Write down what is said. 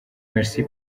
merci